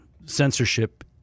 censorship